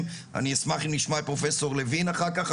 ואני אשמח אם נשמע את פרופסור לוין אחר כך,